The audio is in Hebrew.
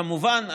כמובן,